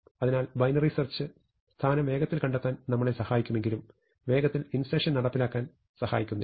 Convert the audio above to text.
അതിനാൽ binary search സ്ഥാനം വേഗത്തിൽ കണ്ടെത്താൻ നമ്മളെ സഹായിക്കുമെങ്കിലും വേഗത്തിൽ ഇൻസെർഷൻ നടപ്പിലാക്കാൻ സഹായിക്കുന്നില്ല